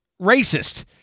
racist